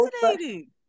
fascinating